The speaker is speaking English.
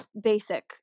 basic